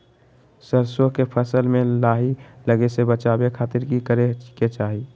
सरसों के फसल में लाही लगे से बचावे खातिर की करे के चाही?